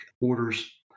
orders